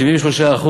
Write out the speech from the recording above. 73%,